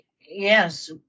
yes